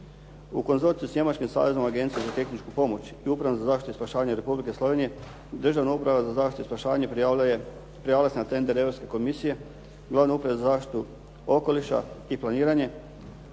U konzorciju s Njemačkom saveznom agencijom za tehničku pomoć i Upravom za zaštitu i spašavanje Republike Slovenije Državna uprava za zaštitu i spašavanje prijavila se na tender Europske komisije glavne Uprave za zaštitu okoliša i planiranje